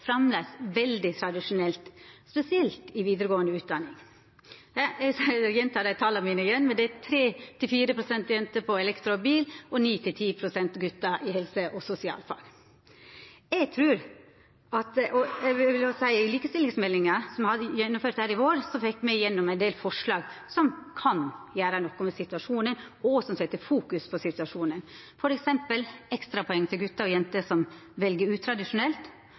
framleis veldig tradisjonelt, spesielt i vidaregåande utdanning. Eg gjentek tala mine: Det er 3–4 pst. jenter på elektro og bil, og 9–10 pst. gutar i helse- og sosialfag. I likestillingsmeldinga som me behandla i vår, fekk me gjennom ein del forslag som kan gjera noko med situasjonen, og som fokuserer på situasjonen, f.eks. ekstrapoeng til gutar og jenter som vel utradisjonelt,